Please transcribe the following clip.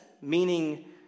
meaning